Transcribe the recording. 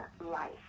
life